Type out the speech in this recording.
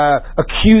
accused